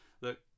look